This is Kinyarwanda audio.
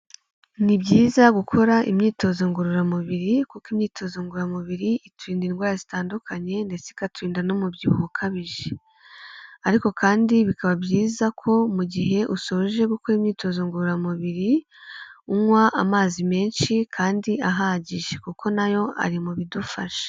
Ni byiza gukora imyitozo ngororamubiri, kuko imyitozo ngororamubiri iturinda indwara zitandukanye, ndetse ikaturinda n'umubyibuho ukabije, ariko kandi bikaba byiza ko mu gihe usoje gukora imyitozo ngororamubiri, unywa amazi menshi kandi ahagije, kuko nayo ari mu bidufasha.